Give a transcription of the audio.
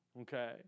okay